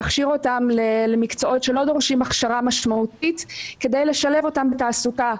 להכשיר אותם למקצועות שלא דורשים הכשרה משמעותית כדי לשלב אותם לתעסוקה,